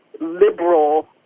liberal